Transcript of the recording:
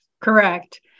correct